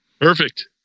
Perfect